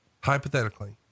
hypothetically